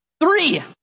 Three